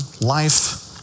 life